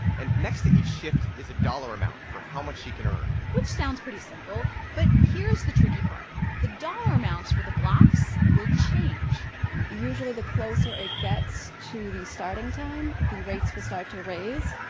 and next to each shift is a dollar amount for how much she can earn which sounds pretty simple, but here's the tricky part. the dollar amounts for the blocks will change usually, the closer it gets to the starting time, the rates will start to raise.